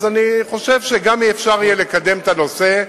אז אני חושב שגם אפשר יהיה לקדם את הנושא,